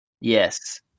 Yes